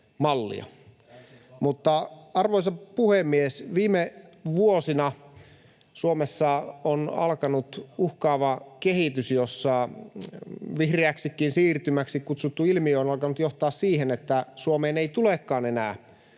Arvoisa puhemies! Viime vuosina Suomessa on alkanut uhkaava kehitys, jossa vihreäksikin siirtymäksi kutsuttu ilmiö on alkanut johtaa siihen, että Suomeen ei tulekaan enää